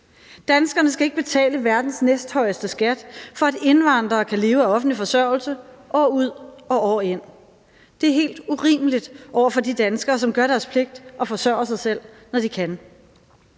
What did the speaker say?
Danskerne skal ikke betale verdens næsthøjeste skat, for at indvandrere kan leve af offentlig forsørgelse år ud og år ind. Det er helt urimeligt over for de danskere, som gør deres pligt og forsørger sig selv, når de kan.